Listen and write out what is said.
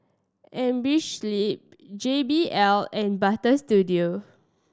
Amerisleep J B L and Butter Studio